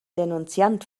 denunziant